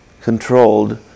controlled